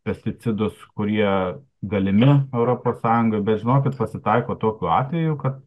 pesticidus kurie galimi europos sąjungoj bet žinokit pasitaiko tokių atvejų kad